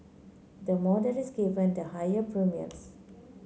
the more that is given the higher premiums